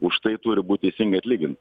už tai turi būt teisingai atlyginta